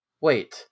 wait